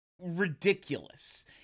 ridiculous